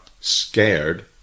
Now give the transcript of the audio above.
scared